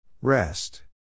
Rest